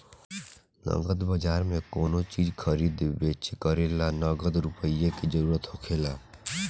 नगद बाजार में कोनो चीज खरीदे बेच करे ला नगद रुपईए के जरूरत होखेला